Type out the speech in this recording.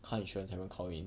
car insurance haven't count in